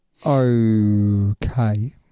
Okay